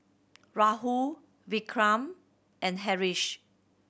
Rahul Vikram and Haresh